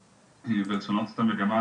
ולשנות את המצב.